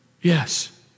Yes